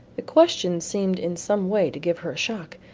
the question seemed in some way to give her a shock.